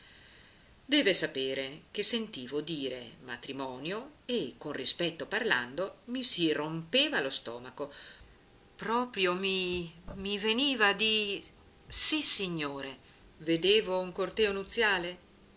deve sapere che sentivo dire matrimonio e con rispetto parlando mi si rompeva lo stomaco proprio mi mi veniva di sissignore vedevo un corteo nuziale